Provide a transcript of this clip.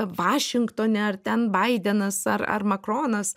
vašingtone ar ten baidenas ar ar makronas